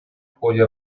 ходе